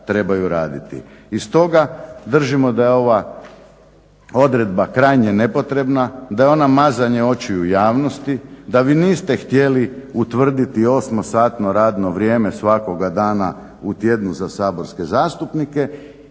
I stoga držimo da je ova odredba krajnje nepotrebna, da je ona mazanje očiju javnosti, da vi niste htjeli utvrditi osmosatno radno vrijeme svakoga dana u tjednu za saborske zastupnike